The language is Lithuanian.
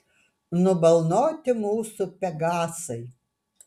nubalnoti mūsų pegasai